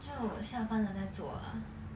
就下班了再做 ah